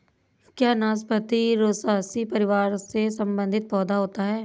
क्या नाशपाती रोसैसी परिवार से संबंधित पौधा होता है?